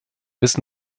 bis